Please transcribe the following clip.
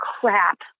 crap